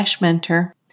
mentor